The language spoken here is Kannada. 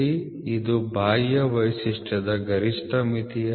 ಇದು ಬಾಹ್ಯ ವೈಶಿಷ್ಟ್ಯದ ಗರಿಷ್ಠ ಮಿತಿಯಾಗಿದೆ